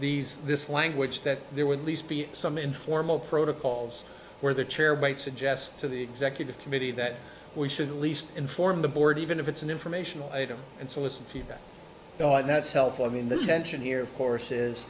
these this language that there would least be some informal protocols where the chair but suggest to the executive committee that we should at least inform the board even if it's an informational item and solicit feedback and that's helpful i mean the tension here of course is